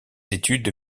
études